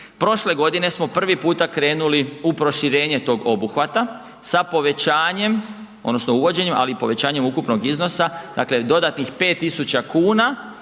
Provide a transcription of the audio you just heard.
Prošle godine smo prvi puta krenuli u proširenje tog obuhvata sa povećanjem odnosno uvođenjem, ali i povećanjem ukupnog iznosa, dakle dodatnih 5.000 kuna